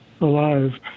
alive